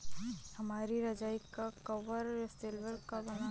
हमारी रजाई का कवर सिल्क का बना है